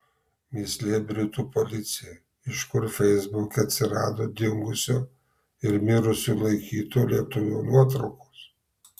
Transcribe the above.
mįslė britų policijai iš kur feisbuke atsirado dingusio ir mirusiu laikyto lietuvio nuotraukos